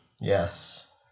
Yes